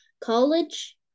college